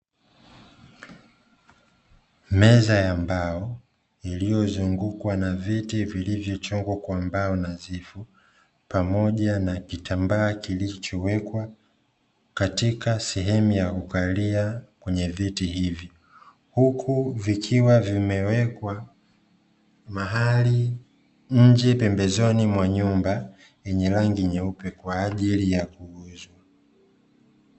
Meza ya mbao iliyozungukwa na viti vilivyochongwa kwa mbao nadhifu pamoja na kitambaaa kilichowekwa katika sehemu ya kukalia kwenye viti hivi, huku vikiwa vimewekwa mahali, nje pembezoni mwa nyumba yenye rangi nyeupe kwa ajili ya kuuzwa.